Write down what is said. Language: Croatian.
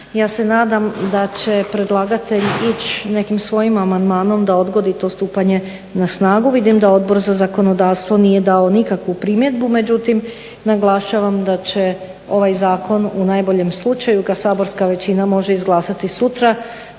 Ja se nadam da će predlagatelj ići nekim svojim amandmanom da odgodi to stupanje na snagu. Vidim da Odbor za zakonodavstvo nije dalo nikakvu primjedbu, međutim naglašavam da će ovaj zakon u najboljem slučaju ga saborska većina može izglasati sutra